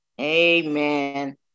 amen